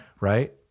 right